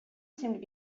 seemed